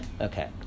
Okay